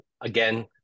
again